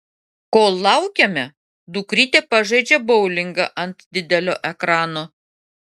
kol laukiame dukrytė pažaidžia boulingą ant didelio ekrano